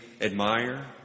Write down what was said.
admire